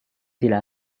tidak